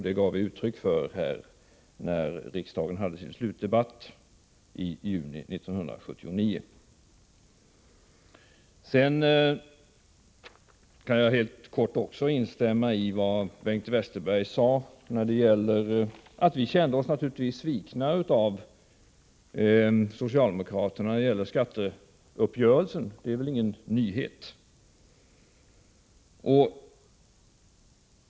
Det gav vi uttryck för när riksdagen hade sin slutdebatt om den ekonomiska politiken i juni 1979. Jag kan helt kort instämma i vad Bengt Westerberg sade om att vi naturligtvis kände oss svikna av socialdemokraterna när det gäller skatteuppgörelsen. Det är väl ingen nyhet.